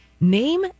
Name